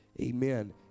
Amen